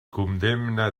condemne